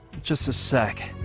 just a sec